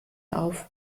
auf